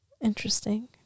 Interesting